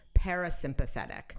parasympathetic